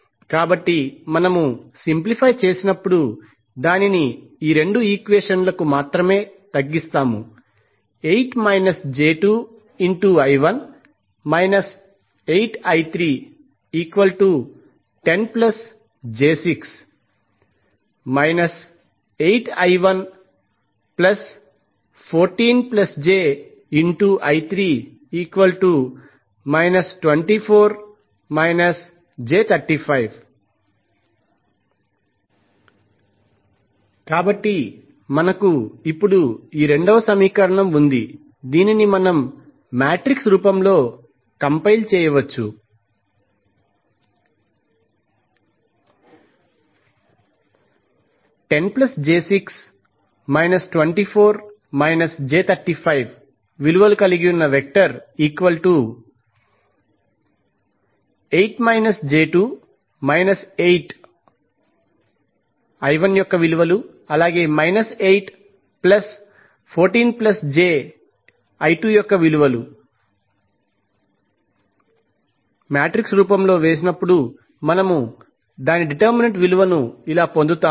కాబట్టి మనము సింప్లిఫై చేసినప్పుడు దానిని 2 ఈక్వెషన్ లకు మాత్రమే తగ్గిస్తాము కాబట్టి మనకు ఇప్పుడు ఈ 2 సమీకరణం ఉంది దీనిని మనం మాట్రిక్స్ రూపంలో కంపైల్ చేయవచ్చు మనము డిటెర్మినెంట్ విలువలను ఇలా పొందుతాము